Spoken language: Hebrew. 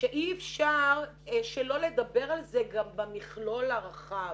שאי אפשר שלא לדבר על זה גם במכלול הרחב.